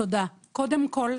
קודם כל,